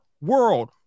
world